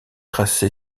tracé